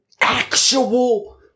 actual